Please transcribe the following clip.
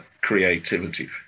creativity